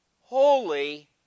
holy